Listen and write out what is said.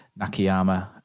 Nakayama